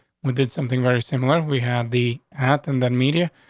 we did something very similar. we had the atom. that media?